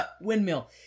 Windmill